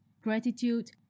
gratitude